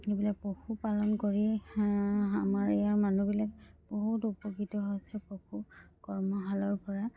এইবিলাক পশুপালন কৰি আমাৰ ইয়াৰ মানুহবিলাক বহুত উপকৃত হৈছে পশু কৰ্মশালাৰ পৰা